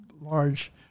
large